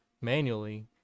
manually